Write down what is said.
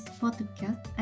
podcast